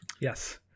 Yes